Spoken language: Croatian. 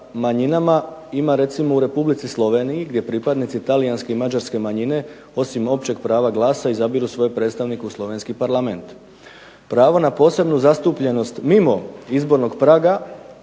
manjinama ima recimo u Republici Sloveniji gdje pripadnici talijanske i mađarske manjine osim općeg prava glasa izabiru svoje predstavnike u slovenski Parlament. Pravo na posebnu zastupljenost mimo izbornog praga